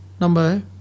number